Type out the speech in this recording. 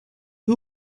who